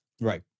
right